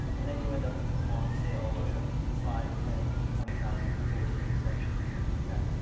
and then you end up with this long tail of yeah five, ten, twenty thousand people with an exception or something like that.